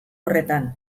horretan